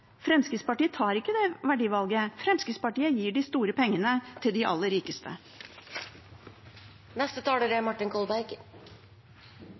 Fremskrittspartiet tar ikke det verdivalget. Fremskrittspartiet gir de store pengene til de aller rikeste.